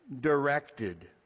directed